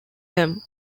them